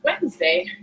Wednesday